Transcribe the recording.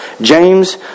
James